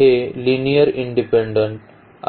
हे linearly independent आहेत